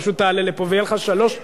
פשוט תעלה לפה ויהיו לך שלוש דקות.